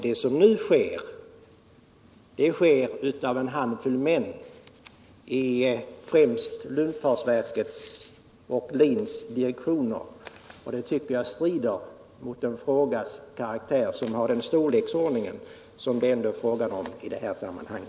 Det som nu sker, sker av en handfull män i främst luftfartsverkets och LIN:s direktioner, vilket jag tycker strider mot en fråga av den karaktär och storleksordning som det ändå handlar om i detta sammanhang.